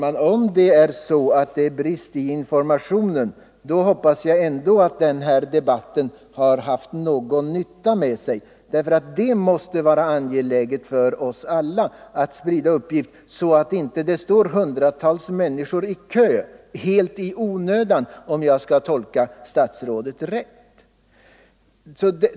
Herr talman! Om det är brist i informationen, hoppas jag ändå att den här debatten har gjort någon nytta. Det måste vara angeläget för oss alla att sprida upplysning så att inte hundratals människor står i kö helt i onödan, om jag tolkar statsrådet rätt.